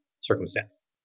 circumstance